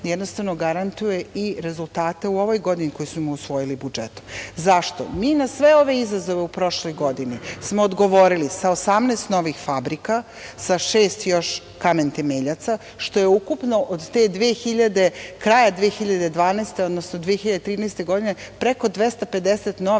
jednostavno garantuje i rezultate u ovoj godini koje smo usvojili budžetom.Zašto? Mi na sve ove izazove u prošloj godini, smo odgovorili sa 18 novih fabrika, sa 6 još kamen temeljaca, što je ukupno od kraja 2012. godine, odnosno 2013. godine, preko 250 novih